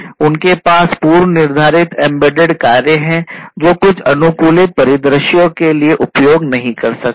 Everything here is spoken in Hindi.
उनके पास पूर्व निर्धारित एम्बेडेड कार्य हैं जो कुछ अनुकूलित परिदृश्यों के लिए उपयोग नहीं कर सकते हैं